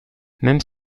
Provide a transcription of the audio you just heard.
même